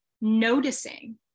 noticing